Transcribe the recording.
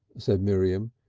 said miriam,